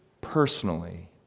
personally